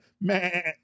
man